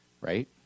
right